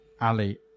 Ali